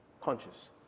conscious